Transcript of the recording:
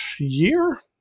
year